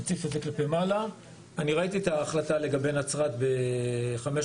ראיתי את ההחלטה לגבי נצרת ב-550.